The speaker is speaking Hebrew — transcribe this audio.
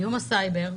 איום הסייבר,